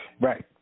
Right